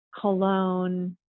cologne